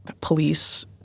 police